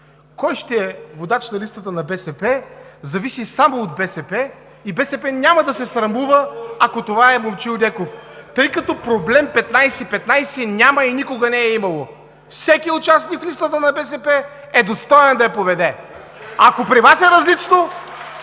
Кой ще е водач на листата на БСП зависи само от БСП и БСП няма да се срамува, ако това е Момчил Неков, тъй като проблем 15/15 няма и никога не е имало. Всеки участник в листата на БСП е достоен да я поведе. Ако при Вас е различно,